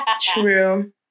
True